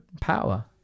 power